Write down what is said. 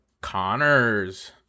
Connors